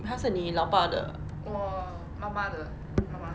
她是你老爸的